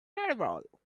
terrible